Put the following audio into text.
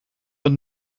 het